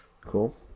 Cool